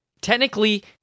technically